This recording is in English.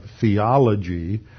theology